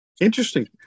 Interesting